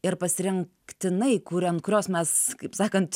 ir pasirinktinai kuria ant kurios mes kaip sakant